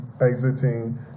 exiting